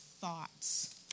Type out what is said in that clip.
thoughts